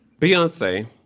Beyonce